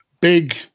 big